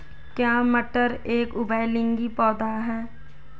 क्या मटर एक उभयलिंगी पौधा है?